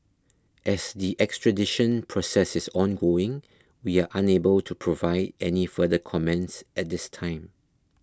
as the extradition process is ongoing we are unable to provide any further comments at this time